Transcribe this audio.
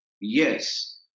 Yes